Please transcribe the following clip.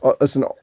Listen